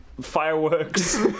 fireworks